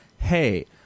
hey